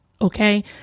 Okay